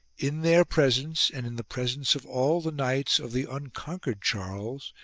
in their presence and in the presence of all the knights of the unconquered charles,